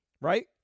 right